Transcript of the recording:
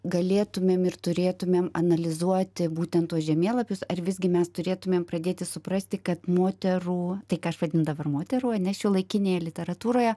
galėtumėm ir turėtumėm analizuoti būtent tuos žemėlapius ar visgi mes turėtumėm pradėti suprasti kad moterų tai ką aš vadinu dabar moterų ane šiuolaikinėje literatūroje